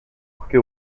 porque